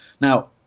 Now